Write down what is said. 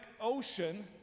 Ocean